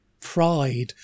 Pride